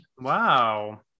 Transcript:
Wow